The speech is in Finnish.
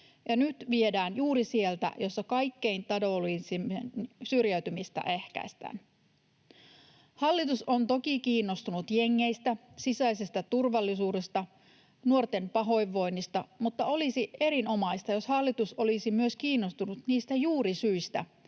ja nyt viedään juuri sieltä, jossa kaikkein taloudellisimmin syrjäytymistä ehkäistään. Hallitus on toki kiinnostunut jengeistä, sisäisestä turvallisuudesta, nuorten pahoinvoinnista, mutta olisi erinomaista, jos hallitus olisi myös kiinnostunut niistä juurisyistä